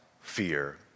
fear